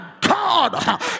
God